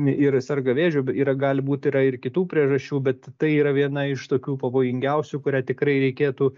ir serga vėžiu yra gali būt yra ir kitų priežasčių bet tai yra viena iš tokių pavojingiausių kurią tikrai reikėtų